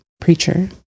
preacher